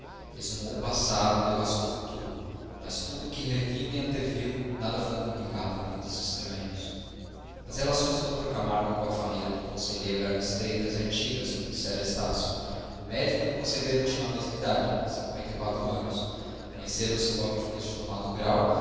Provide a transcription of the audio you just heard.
exumou o passado e devassou o futuro mas de tudo o que reviu e anteviu nada foi comunicado a ouvidos estranhos as relações do dr camargo com a família do conselheiro eram estreitas e antigas como dissera estácio o médico e o conselheiro tinham a mesma idade cinqüenta e quatro anos conheceram se logo depois de tomado o grau